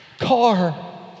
car